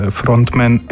frontman